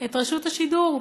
את רשות השידור,